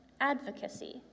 advocacy